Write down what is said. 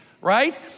right